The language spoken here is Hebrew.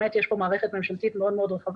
באמת יש פה מערכת ממשלתית מאוד רחבה.